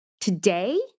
today